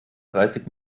dreißig